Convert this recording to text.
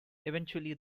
eventually